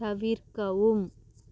தவிர்க்கவும்